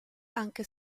anche